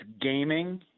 gaming